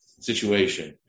situation